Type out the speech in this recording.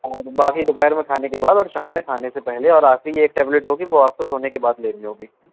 اور باقی دوپہر میں کھانے کے بعد اور شام میں کھانے سے پہلے اور رات کی بھی ایک ٹیبلیٹ ہوگی وہ آپ کو سونے کے بعد لینی ہوگی